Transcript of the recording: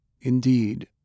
Indeed